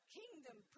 kingdom